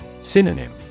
Synonym